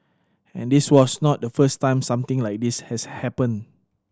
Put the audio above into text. and this was not the first time something like this has happened